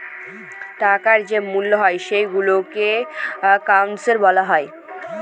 টাকার যে মূল্য হয় সেইগুলোকে কারেন্সি বলা হয়